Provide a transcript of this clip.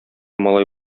малай